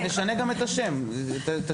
תשנה גם את השם הזה,